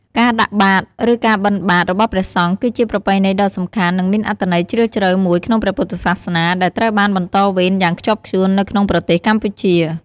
ការដាក់បាត ឬ ការបិណ្ឌបាត របស់ព្រះសង្ឃ គឺជាប្រពៃណីដ៏សំខាន់ និងមានអត្ថន័យជ្រាលជ្រៅមួយក្នុងព្រះពុទ្ធសាសនា ដែលត្រូវបានបន្តវេនយ៉ាងខ្ជាប់ខ្ជួននៅក្នុងប្រទេសកម្ពុជា។